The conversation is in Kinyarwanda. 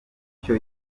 kucyo